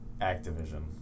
Activision